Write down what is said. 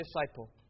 disciple